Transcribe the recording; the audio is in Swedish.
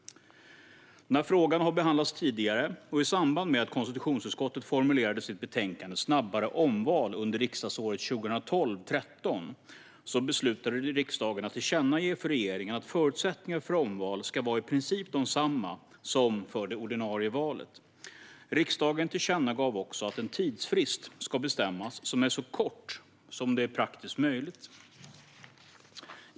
Den här frågan har behandlats tidigare. I samband med att konstitutionsutskottet formulerade sitt betänkande Snabbare omval under riksdagsåret 2012/13 beslutade riksdagen att tillkännage för regeringen att förutsättningarna för omval ska vara i princip desamma som för det ordinarie valet. Riksdagen tillkännagav också att en tidsfrist ska bestämmas som är så kort som det praktiskt är möjligt.